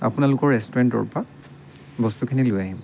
আপোনালোকৰ ৰেষ্টুৰেণ্টৰপৰা বস্তুখিনি লৈ আহিম